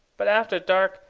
but after dark,